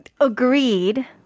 agreed